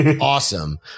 awesome